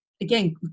again